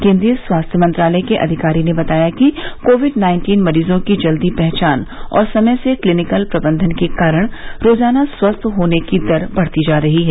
केंद्रीय स्वास्थ्य मंत्रालय के अधिकारी ने बताया कि कोविड नाइन्टीन मरीजों की जल्दी पहचान और समय से क्लीनिकल प्रबंधन के कारण रोजाना स्वस्थ होने की दर बढ़ती जा रही है